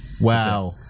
Wow